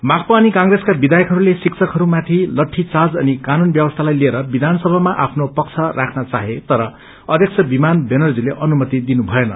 माकपा अनि कंग्रेसका विधायकहरूले शिक्षकहरूमाथि लड्डीचार्ज अनि कानून व्यवस्थालाई लिएर विधानसभामा आफ्नो पक्ष राख्न चाहे तर अध्यक्ष विमान ब्यानर्जीले अनुमति दिनु भएन